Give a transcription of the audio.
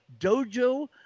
Dojo